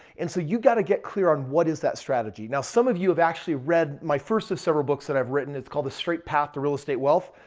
and so you got to get clear on what is that strategy. now, some of you have actually read my first of several books that i've written. it's called a straight path to real estate wealth.